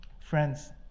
Friends